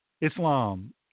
Islam